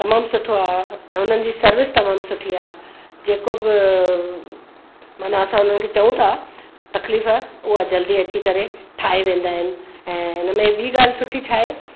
तमामु सुठो आहे ऐं हुननि जी सर्विस तमामु सुठी आहे जेको बि माना असां हुननि खे चऊं था तकलीफ़ उहा जल्दी अची करे ठाहे वेंदा आहिनि ऐं हुनमें ॿी ॻाल्हि सुठी छा आहे